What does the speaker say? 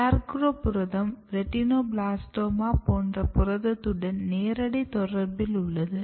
SCARECROW புரதம் RETINOBLASTOMA போன்ற புரத்துடன் நேரடி தொடர்பில் உள்ளது